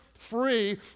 Free